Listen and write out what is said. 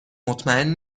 مطمئن